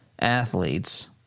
athletes